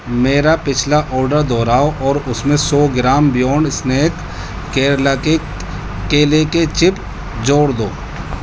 میرا پچھلا آڈر دوہراؤ اور اس میں سو گرام بیونڈ اسنیک کیرلا کے کیلے کے چپ جوڑ دو